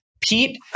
Pete